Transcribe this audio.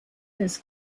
his